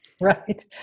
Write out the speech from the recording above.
Right